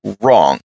wrong